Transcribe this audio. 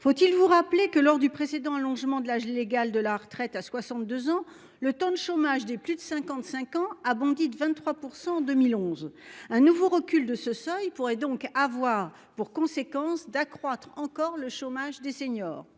faut-il vous rappeler que lors du précédent allongement de l'âge légal de la retraite à 62 ans le taux de chômage des plus de 55 ans a bondi de 23% en 2011. Un nouveau recul de ce seuil pourrait donc avoir pour conséquence d'accroître encore le chômage des seniors.